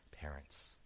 parents